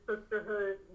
sisterhood